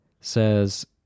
says